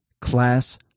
class